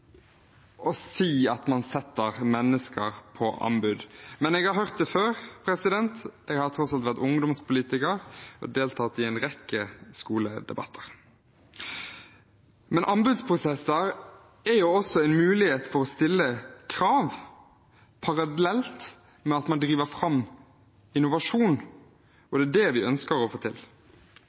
å si at man setter mennesker ut på anbud. Men jeg har hørt det før, jeg har tross alt vært ungdomspolitiker og deltatt i en rekke skoledebatter. Anbudsprosesser er også en mulighet for å stille krav parallelt med at man driver fram innovasjon, og det er det vi ønsker å få til.